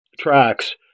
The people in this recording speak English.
tracks